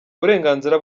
burenganzira